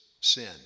sin